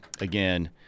again